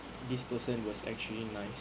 this person was actually nice